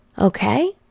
Okay